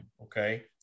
okay